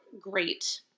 great